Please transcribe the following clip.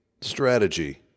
strategy